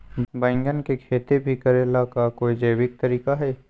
बैंगन के खेती भी करे ला का कोई जैविक तरीका है?